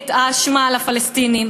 את האשמה על הפלסטינים,